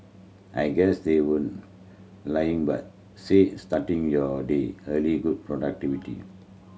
I guess they lying said starting your day early good productivity